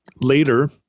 later